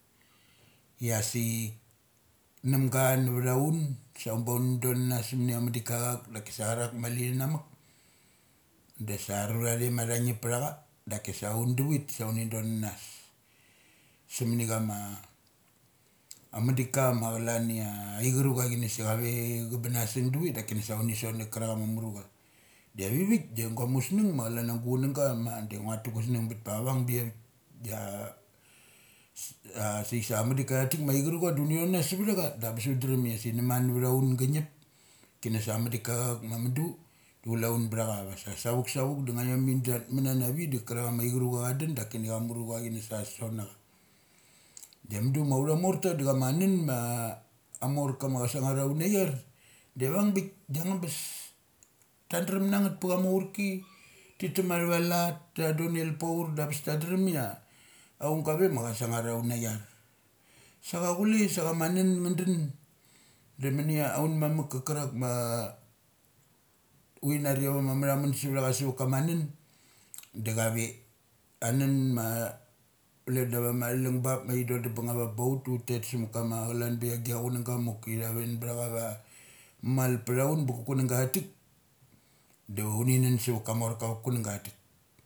Ia sai namga navthaaun sa pa un don namas samaka madiak achak dakasa charak mali na muk masa arura are matha ngip pthacha sa un davit da uni don nanas samani ama madik ma calania aichuruch a inasa ave cha bunasung davit dakini sa uni sot na karak ama murucha iavivik da ngua musnung ma calan ia gu chunangga ma vadi ngua ugusnung but pa chauing biavik. Ia sai sa amadika tik ma aigurucha do uni thonanans ptha cha da bes ut ut drem ia sik nama navtha ur gangip. Kini sa ama dik ka achauk ma mundu da chule un btha cha vasa savuk savuk da ngaiom dat manana vik da karakma aigur ucha cha dun dakini amurucha ini sa sotnacha. Da da mudu ma autha amorta da chama nun ma amorka na che sungar auna iar di avangbik da angabes. Tan drem na ngeth pachama aurki ta tuma thava lat da tah donel paur dabes ta dremia aung garema cha sungar authaiar. Sa cha chule sa cha ma nunnga dun da munia aun mamuk kakarak ma uthi nari ava matha mun suvtha cha sa cha ma nun da chave. Anen ma plek avama thalung bup mathi dodum banga vap ut daut tet sa ma kama cakan da gia chunang ga ma choki ma thvun athua cha va maiptha un ba kunangga atik, da uni nun savakama morka ava kunangga atik.